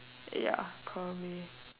ya probably